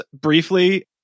briefly